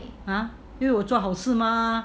!huh! 因为我做好事 mah